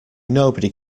nobody